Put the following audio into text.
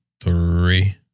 three